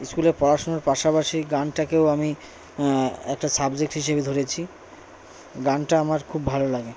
স্কুলে পড়াশোনার পাশাপাশি গানটাকেও আমি একটা সাবজেক্ট হিসেবে ধরেছি গানটা আমার খুব ভালো লাগে